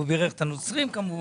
והוא בירך את הנוצרים כמובן.